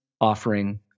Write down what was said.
offering